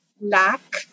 lack